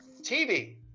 TV